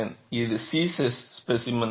இது C specimen